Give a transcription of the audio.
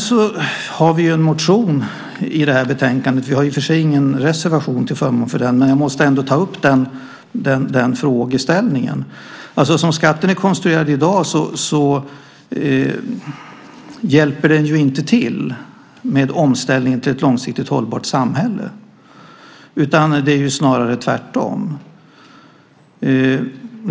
Vi har en motion i det här betänkandet. Vi har i och för sig inte någon reservation till förmån för den. Men jag måste ändå ta upp den frågeställningen. Som skatten är konstruerad i dag hjälper den inte till med omställningen till ett långsiktigt hållbart samhälle. Det är snarare tvärtom.